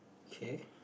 K